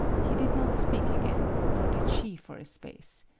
he did not speak again, nor did she for a space.